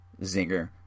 zinger